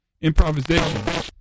improvisation